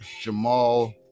Jamal